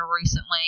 recently